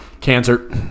Cancer